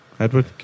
Edward